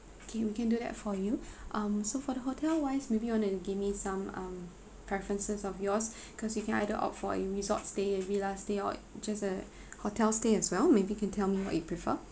K we can do that for you um so for the hotel wise maybe you want to give me some um preferences of yours cause you can either opt for a resort stay a villa stay or just a hotel stay as well maybe you can tell me what you prefer